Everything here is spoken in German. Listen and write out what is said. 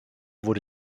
wurde